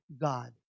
God